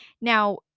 Now